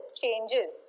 changes